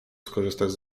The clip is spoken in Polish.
skorzystasz